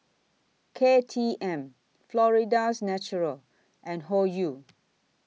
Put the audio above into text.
K T M Florida's Natural and Hoyu